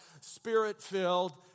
spirit-filled